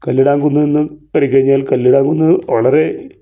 കല്ലടാം കുന്നിൽ നിന്ന് കയറി കഴിഞ്ഞാൽ കല്ലടാംകുന്ന് വളരെ